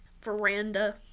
veranda